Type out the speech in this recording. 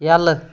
یلہٕ